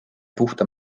puhta